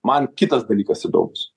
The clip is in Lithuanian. man kitas dalykas įdomus